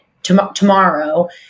tomorrow